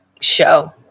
show